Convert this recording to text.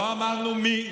לא אמרנו מי.